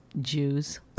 Jews